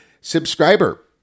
subscriber